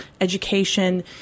education